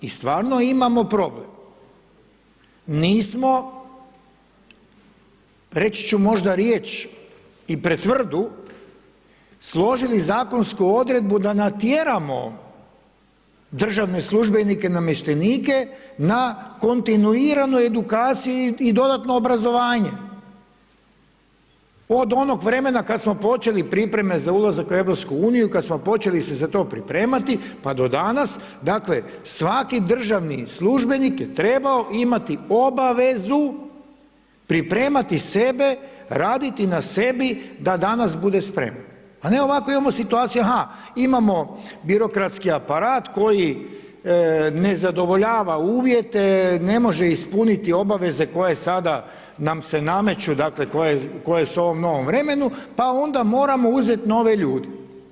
I stvarno imamo problem, nismo reći ću možda riječ i pretvrdu složili zakonu odredbu da natjeramo državne službenike, namještenike, na kontinuiranu edukaciju i dodatno obrazovanje od onog vremena kad smo počeli pripreme za ulazak u EU, kad smo počeli se za to pripremati pa do danas, dakle svaki državni službenik je trebao imati obavezu pripremati sebe, raditi na sebi da danas bude spreman a ne ovako imamo situaciju aha, imamo birokratski aparat koji nezadovoljava uvjete, ne može ispuniti obaveze koje sada nam se nameću, dakle koje su u ovom novom vremenu, pa onda moramo uzet nove ljude.